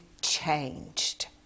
changed